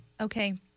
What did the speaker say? Okay